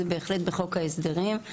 זה בהחלט בחוק ההסדרים.